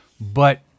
but-